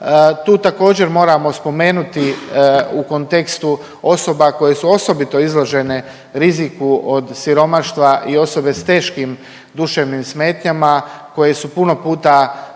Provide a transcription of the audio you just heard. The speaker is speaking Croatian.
Tu također moramo spomenuti u kontekstu osoba koje su osobito izložene riziku od siromaštva i osobe s teškim duševnim smetnjama koje su puno puta